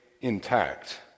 intact